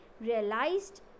realized